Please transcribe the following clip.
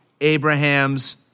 Abraham's